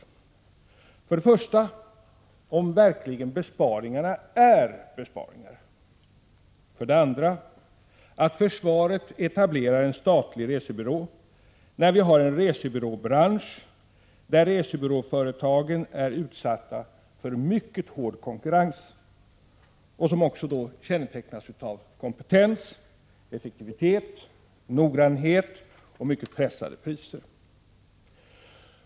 Är för det första besparingarna verkligen besparingar? Varför etablerar för det andra försvaret en statlig resebyrå, när vi har en resebyråbransch där företagen är utsatta för mycket hård konkurrens? Dessa resebyråföretag kännetecknas av kompetens, effektivitet, noggrannhet och mycket pressade priser.